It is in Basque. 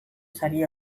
sari